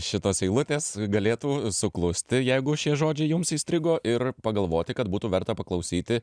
šitos eilutės galėtų suklusti jeigu šie žodžiai jums įstrigo ir pagalvoti kad būtų verta paklausyti